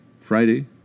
Friday